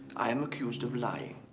i am accused of lying.